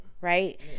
Right